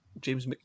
James